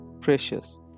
precious